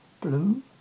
blue